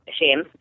shame